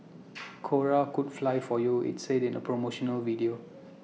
cora could fly for you IT said in A promotional video